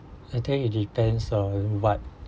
I think it depends on what